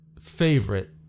favorite